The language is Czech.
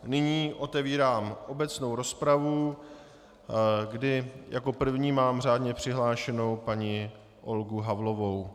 Nyní otevírám obecnou rozpravu, kdy jako první mám řádně přihlášenou paní Olgu Havlovou.